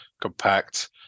compact